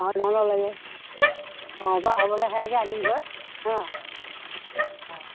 অ বাৰু হ'ব দে সেয়াকে আনিমগৈ অ অ